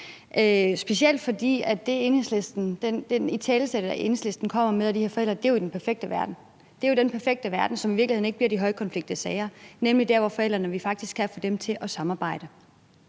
specielt fordi den italesættelse, som Enhedslisten kommer med af de her forældre, jo er i forhold til den perfekte verden; det er jo den perfekte verden, som i virkeligheden ikke giver de højkonfliktsager, nemlig der, hvor vi faktisk kan få forældrene til at samarbejde.